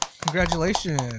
Congratulations